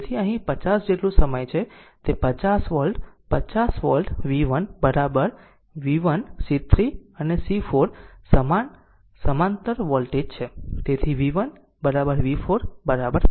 તેથી અહીં 50 જેટલું સમય છે તે 50 volt 50 volt v1 an v1 C3 અને C 4 સમાંતર સમાન વોલ્ટેજ છે